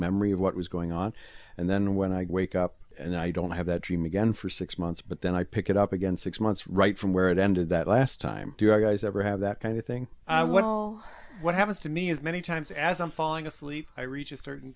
memory of what was going on and then when i wake up and i don't have that dream again for six months but then i pick it up again six months right from where it ended that last time you guys ever have that kind of thing i well what happens to me is many times as i'm falling asleep i reach a certain